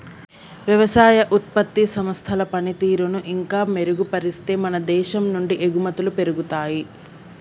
వ్యవసాయ ఉత్పత్తి సంస్థల పనితీరును ఇంకా మెరుగుపరిస్తే మన దేశం నుండి ఎగుమతులు పెరుగుతాయి